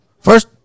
First